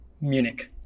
Munich